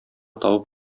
табып